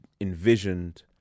envisioned